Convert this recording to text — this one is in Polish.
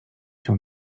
się